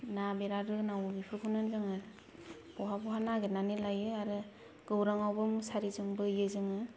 ना बिरात रोनावनाय बेफोरखौनो जोङो बहा बहा नागिरनानै लायो आरो गौरांआवबो मुसारिजों बोयो जोङो